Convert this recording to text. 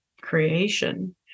creation